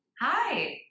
Hi